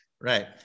Right